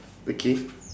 okay